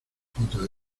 puta